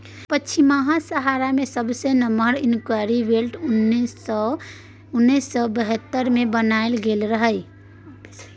पछिमाहा सहारा मे सबसँ नमहर कन्वेयर बेल्ट उन्नैस सय बहत्तर मे बनाएल गेल रहनि